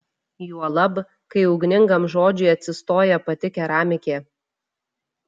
juolab kai ugningam žodžiui atsistoja pati keramikė